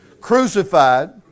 crucified